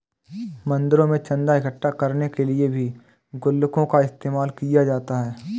मंदिरों में चन्दा इकट्ठा करने के लिए भी गुल्लकों का इस्तेमाल किया जाता है